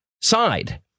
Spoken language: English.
side